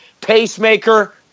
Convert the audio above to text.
Pacemaker